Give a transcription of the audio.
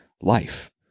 life